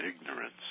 ignorance